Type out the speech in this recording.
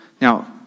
Now